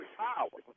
power